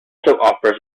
offers